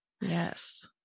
Yes